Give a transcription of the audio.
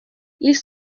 ils